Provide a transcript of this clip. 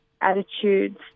attitudes